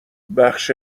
بخش